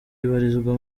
ibarizwa